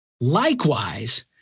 Likewise